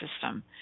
system